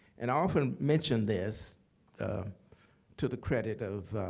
and often mention this to the credit of,